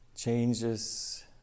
Changes